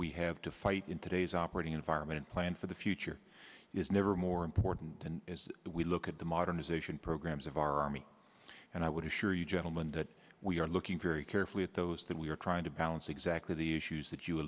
we have to fight in today's operating environment plan for the future is never more important as we look at the modernization programs of our army and i would assure you gentlemen that we are looking very carefully at those that we are trying to balance exactly the issues that you